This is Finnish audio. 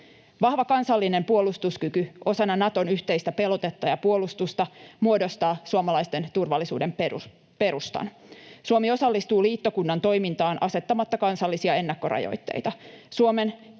Vahva kansallinen puolustuskyky osana Naton yhteistä pelotetta ja puolustusta muodostaa suomalaisten turvallisuuden perustan. Suomi osallistuu liittokunnan toimintaan asettamatta kansallisia ennakkorajoitteita.